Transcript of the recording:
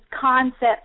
concepts